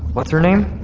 what's her name?